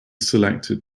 selected